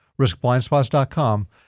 riskblindspots.com